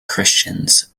christians